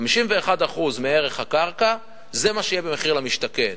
51% מערך הקרקע זה מה שיהיה במחיר למשתכן,